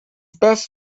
best